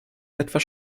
etwas